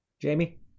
jamie